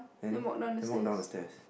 then then walk down the stairs